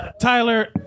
Tyler